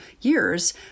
years